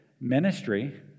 ministry